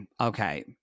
okay